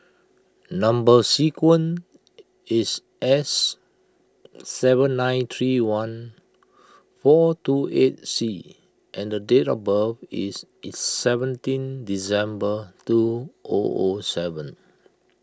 Number Sequence is S seven nine three one four two eight C and date of birth is seventeen December two O O seven